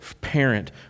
parent